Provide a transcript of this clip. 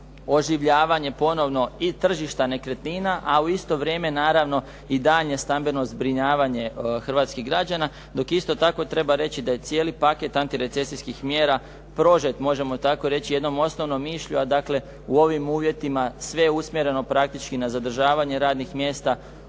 oživljavanje ponovno i tržišta nekretnina a u isto vrijeme naravno i daljnje stambeno zbrinjavanje hrvatskih građana dok isto tako treba reći da je cijeli paket antirecesijskih mjera prožet možemo tako reći jednom osnovnom mišlju a dakle u ovim uvjetima sve je usmjereno praktički na zadržavanje radnih mjesta